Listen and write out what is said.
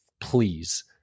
please